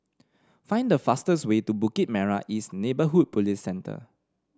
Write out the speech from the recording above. find the fastest way to Bukit Merah East Neighbourhood Police Centre